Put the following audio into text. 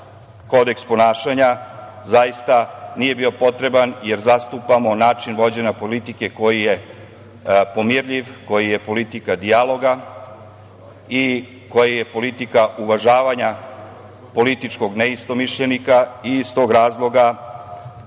kodeks ponašanja zaista nije bio potreban, jer zastupamo način vođenja politike koji je pomirljiv, koji je politika dijaloga i koji je politika uvažavanja političkog neistomišljenika i iz tog razloga